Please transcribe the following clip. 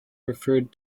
referred